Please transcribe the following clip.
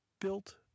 built